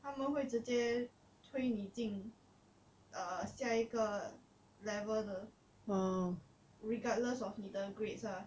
他们会直接推你进 err 下一个 level 的 regardless of 你的 grades ah